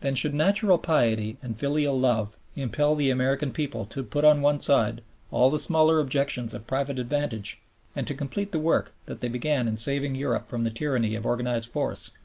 then should natural piety and filial love impel the american people to put on one side all the smaller objections of private advantage and to complete the work, that they began in saving europe from the tyranny of organized force,